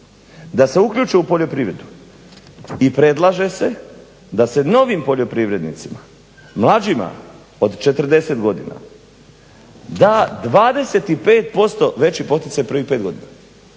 da se uključe u poljoprivredu i predlaže se da se novim poljoprivrednicima, mlađima od 40 godina da 25% veći poticaj prvih pet godina.